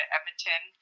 Edmonton